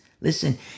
listen